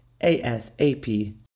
ASAP